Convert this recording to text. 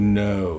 no